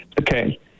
Okay